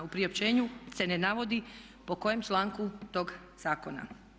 U priopćenju se ne navodi po kojem članku tog zakona.